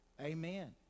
Amen